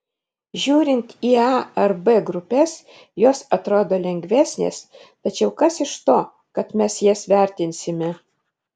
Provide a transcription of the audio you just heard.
žiūrint į a ar b grupes jos atrodo lengvesnės tačiau kas iš to kad mes jas vertinsime